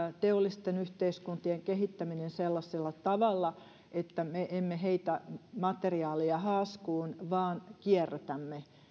teollisia yhteiskuntia kehitetään sellaisella tavalla että me emme heitä materiaaleja haaskuun vaan kierrätämme